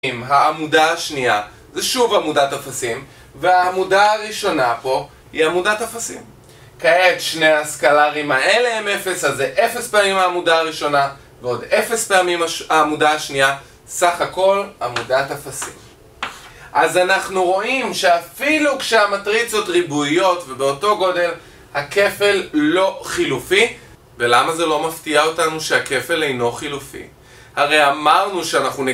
העמודה השנייה זה שוב עמודת אפסים, והעמודה הראשונה פה - היא עמודת אפסים. כעת שני השקלארים האלה הם אפס, אז זה 0 פעמים העמודה הראשונה, ועוד 0 פעמים העמודה השניה, סך הכל עמודת אפסים. אז אנחנו רואים שאפילו כשהמטריצות ריבועיות ובאותו גודל, הכפל לא חילופי. ולמה זה לא מפתיע אותנו שהכפל אינו חילופי? הרי אמרנו שאנחנו